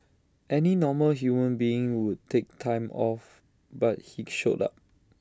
any normal human being would take time off but he showed up